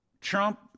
Trump